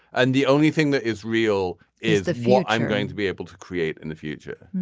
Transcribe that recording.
and the only thing that is real is that what i'm going to be able to create in the future